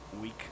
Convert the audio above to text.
week